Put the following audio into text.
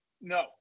No